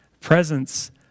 presence